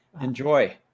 Enjoy